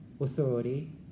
authority